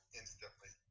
instantly